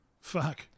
Fuck